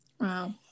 Wow